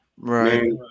right